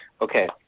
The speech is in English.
Okay